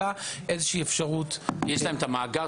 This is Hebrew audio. אלא אפשרות -- יש להם את המאגר?